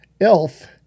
Elf